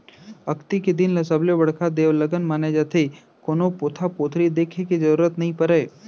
अक्ती के दिन ल सबले बड़का देवलगन माने जाथे, कोनो पोथा पतरी देखे के जरूरत नइ परय